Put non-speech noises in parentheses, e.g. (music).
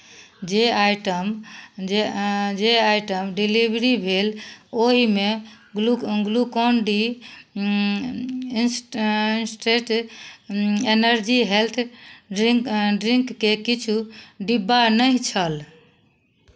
जे आइटम जे जे आइटम डिलेवरी भेल ओहिमे ग्लु Glucon D (unintelligible) energy health drink ड्रिंकके किछु डिब्बा नहि छल